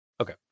Okay